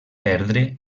perdre